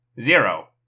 Zero